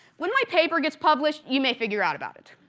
when my paper gets published, you may figure out about it